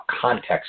context